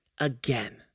again